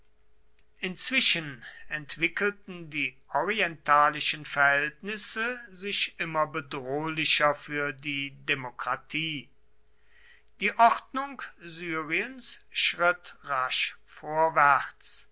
inzwischen entwickelten die orientalischen verhältnisse sich immer bedrohlicher für die demokratie die ordnung syriens schritt rasch vorwärts